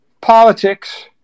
politics